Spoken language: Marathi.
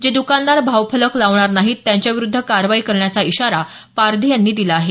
जे दुकानदार भावफलक लावणार नाही त्यांच्याविरूद्ध कारवाई करण्याचा इशारा पारधी यांनी दिला आहे